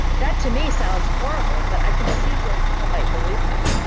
that to me sounds horrible, but i can see where people might believe that.